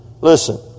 Listen